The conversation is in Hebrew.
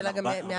השאלה גם מהעלייה.